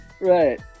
right